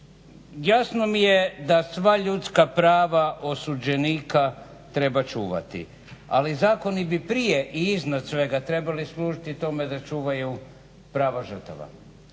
Jasno mi je da sva ljudska prava osuđenika treba čuvati, ali zakoni bi prije i iznad svega trebali služiti tome da čuvaju prava žrtava.